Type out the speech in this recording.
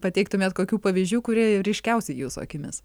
pateiktumėt kokių pavyzdžių kurie ryškiausi jūsų akimis